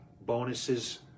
bonuses